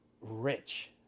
rich